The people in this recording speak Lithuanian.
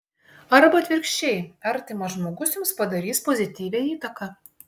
arba atvirkščiai artimas žmogus jums padarys pozityvią įtaką